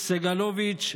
סגלוביץ',